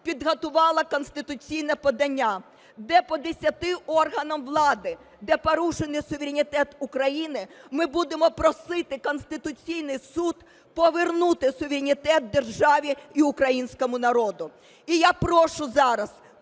підготувала конституційне подання, де по десяти органам влади, де порушений суверенітет України, ми будемо просити Конституційний Суд повернути суверенітет державі і українському народу. І я прошу зараз